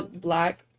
black